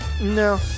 No